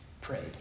prayed